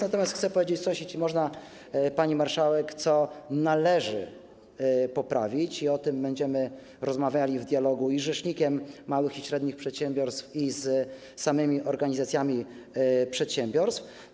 Natomiast chcę powiedzieć coś, jeśli można, pani marszałek, co należy poprawić i o czym będziemy rozmawiali w dialogu i z rzecznikiem małych i średnich przedsiębiorstw, i z samymi organizacjami przedsiębiorców.